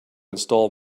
install